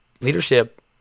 leadership